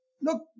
Look